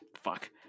Fuck